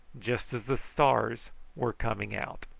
just as the stars were coming out.